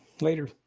Later